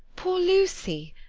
poor lucy!